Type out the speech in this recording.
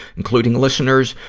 including listeners,